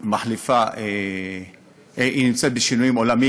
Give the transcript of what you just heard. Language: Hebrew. נמצאת בשינויים עולמיים,